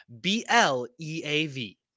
B-L-E-A-V